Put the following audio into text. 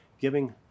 giving